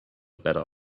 better